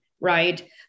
right